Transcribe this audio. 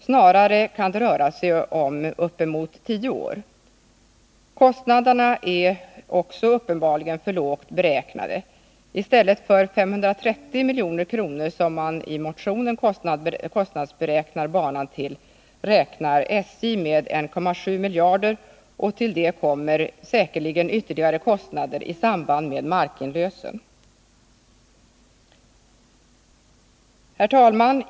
Snarare kan det röra sig om uppemot tio år. Kostnaderna är också uppenbarligen för lågt beräknade. I stället för 530 milj.kr., som man i motionen har beräknat kostnaderna till, räknar SJ med 1,7 miljarder, och till det kommer säkerligen ytterligare kostnader i samband med markinlösen. Herr talman!